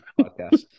podcast